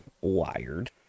wired